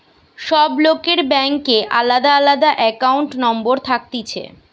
সব লোকের ব্যাংকে আলদা আলদা একাউন্ট নম্বর থাকতিছে